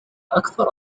أكثر